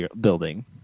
building